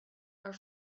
are